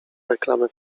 reklamy